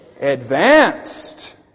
advanced